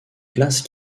classe